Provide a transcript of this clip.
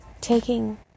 taking